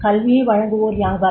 கல்வியை வழங்குவோர் யாவர்